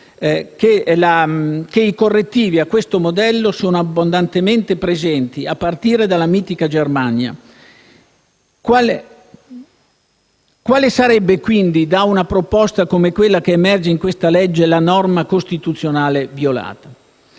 che i correttivi a questo modello sono abbondantemente presenti, a partire della "mitica" Germania. Quale sarebbe, quindi, in una proposta come quella che emerge in questa legge, la norma costituzionale violata?